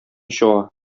чыга